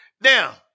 Now